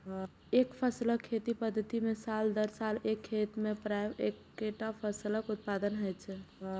एकफसला खेती पद्धति मे साल दर साल एक खेत मे प्रायः एक्केटा फसलक उत्पादन होइ छै